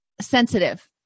sensitive